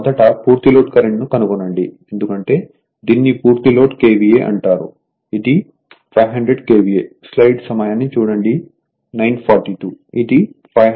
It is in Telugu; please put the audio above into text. మొదట పూర్తి లోడ్ కరెంట్ను కనుగొనండి ఎందుకంటే దీనిని పూర్తి లోడ్ KVA అంటారు ఇది 500 KVA